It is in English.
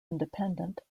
independent